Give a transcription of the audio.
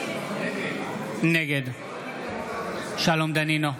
נגד שלום דנינו,